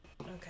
Okay